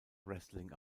wrestling